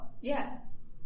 Yes